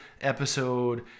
episode